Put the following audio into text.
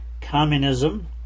communism